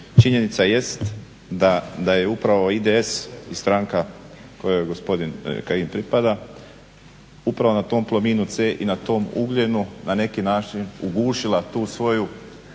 činjenica jest da je upravo IDS i stranka kojoj gospodin Kajin pripada upravo na tom Plominu C i na tom ugljenu na neki način ugušila tu svoju